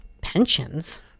pensions